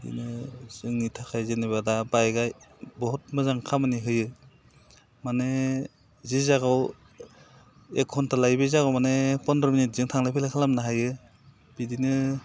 बिदिनो जोंनि थाखाय जेनेबा दा बाइकआ बहुद मोजां खामानि होयो माने जे जायगायाव एग घन्था लायो बे जायगायाव माने फन्द्र' मिनिटजों थांलाय फैलाय खालामनो हायो बिदिनो